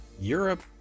Europe